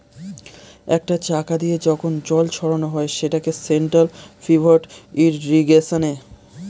একটা চাকা দিয়ে যখন জল ছড়ানো হয় সেটাকে সেন্ট্রাল পিভট ইর্রিগেশনে